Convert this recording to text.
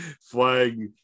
flag